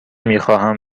میخواهم